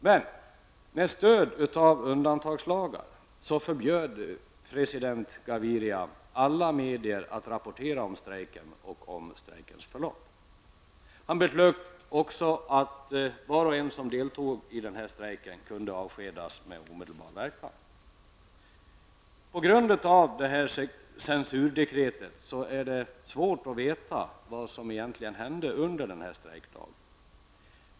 Men med stöd av undantagslagarna förbjöd president Gaviria alla medier att rapportera om strejken och om dess förlopp. Han beslöt också att var och en som deltog i strejken kunde avskedas med omedelbar verkan. På grund av censurdekretet är det svårt att veta vad som egentligen hände under strejkdagen.